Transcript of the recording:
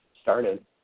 started